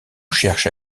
cherche